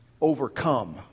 overcome